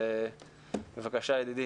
בבקשה ידידי.